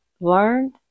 learned